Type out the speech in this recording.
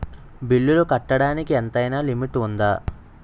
బిల్లులు కట్టడానికి ఎంతైనా లిమిట్ఉందా?